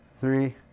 three